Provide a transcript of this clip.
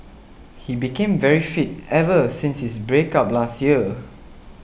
he became very fit ever since his break up last year